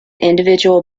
individual